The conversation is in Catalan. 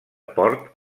port